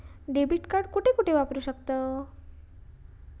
Debit card कुठे कुठे वापरू शकतव?